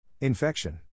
Infection